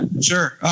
sure